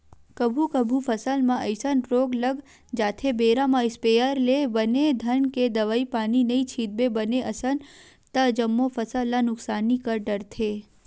कभू कभू फसल म अइसन रोग लग जाथे बेरा म इस्पेयर ले बने घन के दवई पानी नइ छितबे बने असन ता जम्मो फसल ल नुकसानी कर डरथे